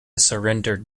surrender